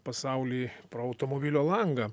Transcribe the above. pasaulį pro automobilio langą